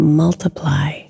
multiply